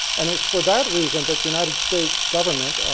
and it's for that reason that the united states government,